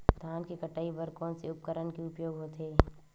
धान के कटाई बर कोन से उपकरण के उपयोग होथे?